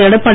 Edappadi